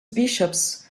bishops